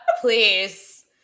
please